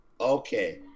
okay